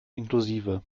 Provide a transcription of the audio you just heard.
inklusive